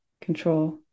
control